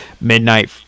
midnight